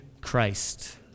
Christ